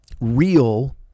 real